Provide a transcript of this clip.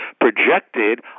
projected